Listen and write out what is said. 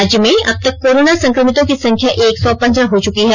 राज्य में अब तक कोरोना संक्रमितों की संख्या एक सौ पंद्रह हो चुकी है